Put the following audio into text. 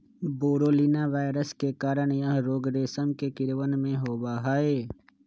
बोरोलीना virus के कारण यह रोग रेशम के कीड़वन में होबा हई